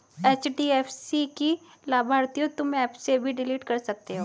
HDFC की लाभार्थियों तुम एप से भी डिलीट कर सकते हो